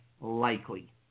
likely